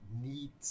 need